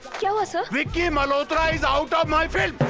so ah so like yeah malhotra is out of my film.